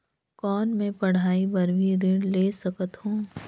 कौन मै पढ़ाई बर भी ऋण ले सकत हो?